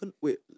Wait